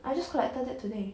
I just collected it today